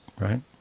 right